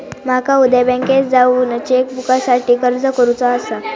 माका उद्या बँकेत जाऊन चेक बुकसाठी अर्ज करुचो आसा